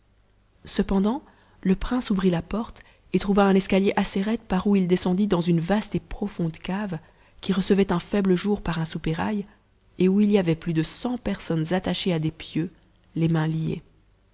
cependant le prince ouvrit la porte et trouva un escalier assez raide par où il descendit dans une vaste et profonde cave qui recevait un faible jour par un soupirail et où il y avait plus de cent personnes attachées à des pieux les mains liées